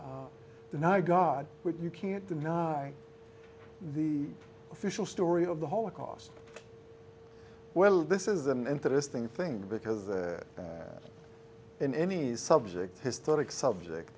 deny god but you can't deny the official story of the holocaust well this is an interesting thing because in any subject historic subject